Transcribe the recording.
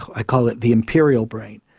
i call it the imperial brain.